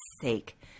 sake